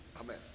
Amen